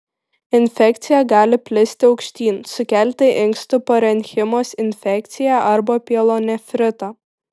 infekcija gali plisti aukštyn sukelti inkstų parenchimos infekciją arba pielonefritą